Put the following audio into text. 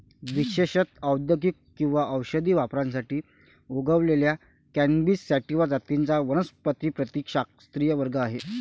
विशेषत औद्योगिक किंवा औषधी वापरासाठी उगवलेल्या कॅनॅबिस सॅटिवा जातींचा वनस्पतिशास्त्रीय वर्ग आहे